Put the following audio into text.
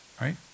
Right